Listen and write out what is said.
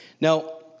Now